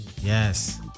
Yes